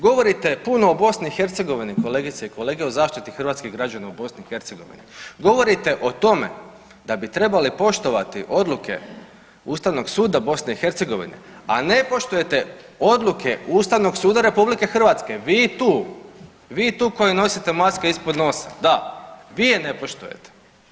Govorite puno o BiH kolegice i kolege o zaštiti hrvatskih građana u BiH, govorite o tome da bi trebali poštovani odluke Ustavnog suda BiH, a ne poštujete Ustavnog suda RH vi tu, vi tu koji nosite maske ispod nosa, da vi je ne poštujete.